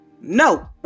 no